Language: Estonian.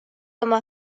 oma